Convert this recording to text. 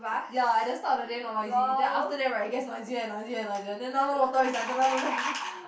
ya at the start of the day not noisy then after that right it gets noisier and noisier and noisier then now no water then is like